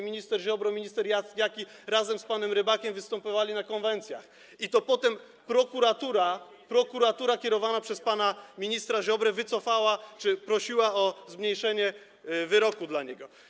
Minister Ziobro i minister Jaki razem z panem Rybakiem występowali na konwencjach, a potem prokuratura kierowana przez pana ministra Ziobrę wycofała czy prosiła o zmniejszenie wyroku dla niego.